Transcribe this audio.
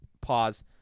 Pause